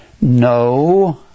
no